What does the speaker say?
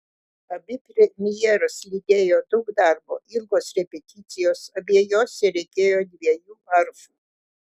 abi premjeras lydėjo daug darbo ilgos repeticijos abiejose reikėjo dviejų arfų